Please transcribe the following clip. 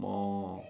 oh